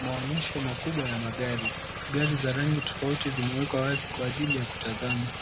Maonyesho makubwa ya magari. Gari za rangi tofauti zimewekwa wazi kwa ajili ya kutazama.